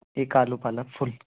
एक आलू पालक फुल